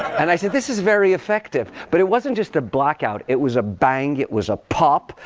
and i said, this is very effective. but it wasn't just a blackout. it was a bang. it was a pop.